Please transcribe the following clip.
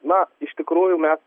na iš tikrųjų mes